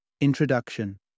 Introduction